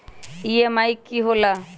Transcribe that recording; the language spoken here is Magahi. ई.एम.आई की होला?